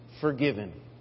forgiven